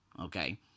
Okay